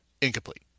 Incomplete